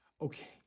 Okay